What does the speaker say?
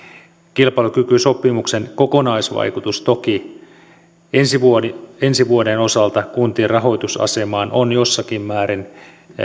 kilpailukykysopimuksen kokonaisvaikutus ensi vuoden ensi vuoden osalta kuntien rahoitusasemaan on jossakin määrin